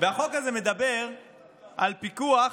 הזה מדבר על פיקוח